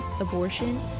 abortion